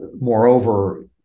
moreover